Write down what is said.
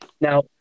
now